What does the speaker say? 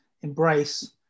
embrace